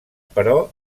però